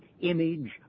image